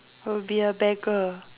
will be a beggar